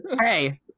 hey